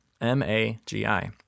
M-A-G-I